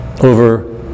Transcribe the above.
over